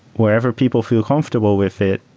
wherever people feel comfortable with it,